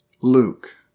Luke